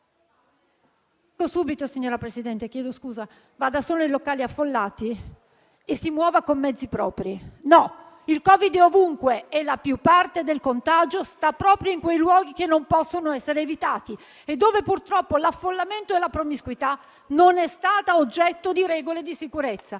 come Catherine Deneuve, vada solo in locali affollati e si muova con mezzi propri. No, il Covid è ovunque, e la maggior parte del contagio sta proprio in quei luoghi che non possono essere evitati, e dove, purtroppo, l'affollamento, la promiscuità non sono stati oggetto di regole di sicurezza.